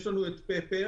יש לנו טת פפר,